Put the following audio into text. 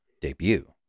debut